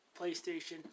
PlayStation